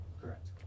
Correct